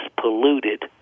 polluted